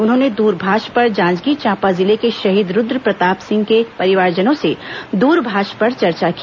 उन्होनें द्रभाष पर जांजगीर चांपा जिले के शहीद रूद्र प्रताप सिंह के परिवारजनों से द्रभाष पर चर्चा की